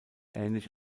ähnlich